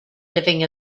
living